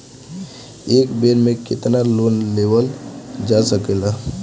एक बेर में केतना लोन लेवल जा सकेला?